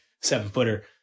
seven-footer